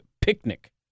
picnic